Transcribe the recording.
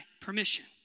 permission